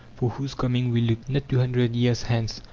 for whose coming we look, not two hundred years hence,